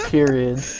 Period